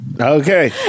okay